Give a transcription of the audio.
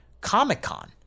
Comic-Con